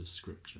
scripture